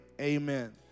amen